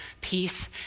peace